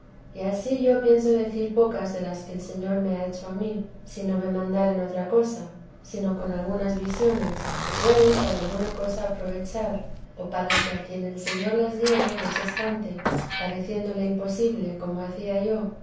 y ansí yo pienso decir pocas de las que el señor me ha hecho a mí si no me mandaren otra cosa sino son algunas visiones que pueden para alguna cosa aprovechar o para que a quien el señor las diere no se espante pareciéndole imposible como hacía yo